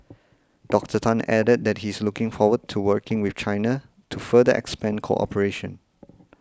Doctor Tan added that he is looking forward to working with China to further expand cooperation